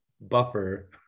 buffer